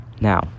Now